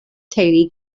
teulu